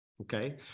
okay